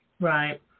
Right